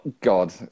God